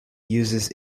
uses